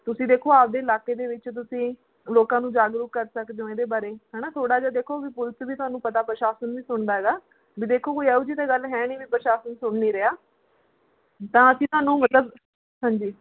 ਤੁਸੀਂ ਦੇਖੋ ਆਪਦੇ ਇਲਾਕੇ ਦੇ ਵਿੱਚ ਤੁਸੀਂ ਲੋਕਾਂ ਨੂੰ ਜਾਗਰੂਕ ਕਰ ਸਕਦੇ ਹੋ ਇਹਦੇ ਬਾਰੇ ਹੈ ਨਾ ਥੋੜ੍ਹਾ ਜਿਹਾ ਦੇਖੋ ਵੀ ਪੁਲਿਸ ਵੀ ਤੁਹਾਨੂੰ ਪਤਾ ਪ੍ਰਸ਼ਾਸਨ ਵੀ ਸੁਣਦਾ ਹੈਗਾ ਵੀ ਦੇਖੋ ਕੋਈ ਇਹੋ ਜਿਹੀ ਤਾਂ ਗੱਲ ਹੈ ਨਹੀਂ ਵੀ ਪ੍ਰਸ਼ਾਸਨ ਸੁਣ ਨਹੀਂ ਰਿਹਾ ਤਾਂ ਅਸੀਂ ਤੁਹਾਨੂੰ ਮਤਲਬ ਹਾਂਜੀ